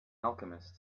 alchemist